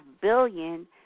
billion